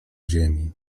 ziemi